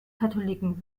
katholiken